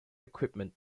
equipment